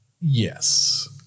Yes